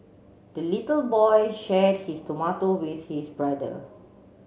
the little boy shared his tomato with his brother